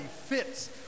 fits